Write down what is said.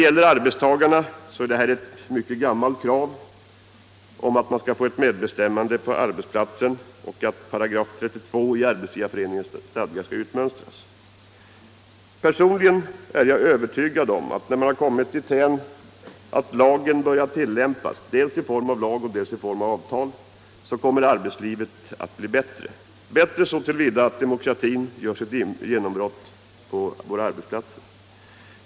För arbetstagarna är det ett mycket gammalt krav att få medbestämmanderätt på arbetsplatsen och att § 32 i Arbetsgivareföreningens stadgar skall utmönstras. Personligen är jag övertygad om att när vi kommit dithän att lagen börjat tillämpas, dels i sig, dels i form av avtal, kommer arbetslivet att bli bättre — bättre så till vida att demokratin då gör sitt genombrott på våra arbetsplatser.